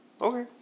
Okay